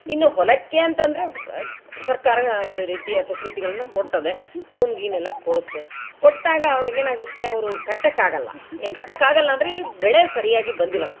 ಇನ್ನು ಹೊಲಕ್ಕೆ ಅಂತಂದರೆ ಸರ್ಕಾರ ಒಂದು ರೀತಿಯ ಫೆಸಿಲಿಟಿಗಳನ್ನು ಕೊಟ್ಟಿದೆ ಲೋನ್ಗೀನೆಲ್ಲ ಕೊಡುತ್ತೆ ಕೊಟ್ಟಾಗ ಅವರಿಗೇನಾಗತ್ತೆ ಅವರು ಕಟ್ಟೊಕಾಗಲ್ಲ ಕಟ್ಟೊಕಾಗಲ್ಲಅಂದರೆ ಇಲ್ಲಿ ಬೆಳೆ ಸರಿಯಾಗಿ ಬಂದಿರೊಲ್ಲ